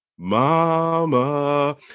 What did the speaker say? Mama